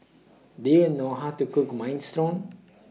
Do YOU know How to Cook Minestrone